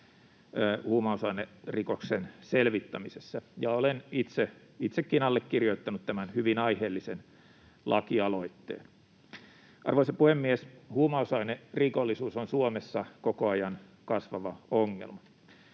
huumausainerikoksen selvittämisessä. Olen itsekin allekirjoittanut tämän hyvin aiheellisen lakialoitteen. Arvoisa puhemies! Huumausainerikollisuus on Suomessa koko ajan kasvava ongelma.